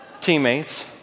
teammates